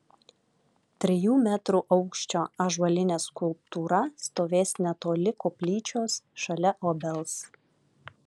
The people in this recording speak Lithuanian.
trijų metrų aukščio ąžuolinė skulptūra stovės netoli koplyčios šalia obels